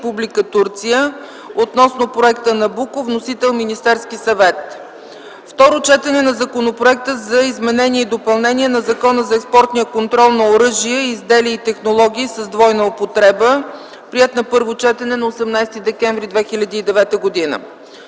Турция относно проекта „Набуко”. (Вносител: Министерски съвет). 2. Второ четене на Законопроекта за изменение и допълнение на Закона за експортния контрол на оръжия и изделия и технологии с двойна употреба. (Приет на първо четене на 18.12.2009 г.) 3.